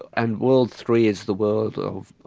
and world three is the world of